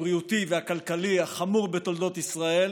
הבריאותי והכלכלי החמור בתולדות ישראל